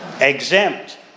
exempt